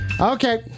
Okay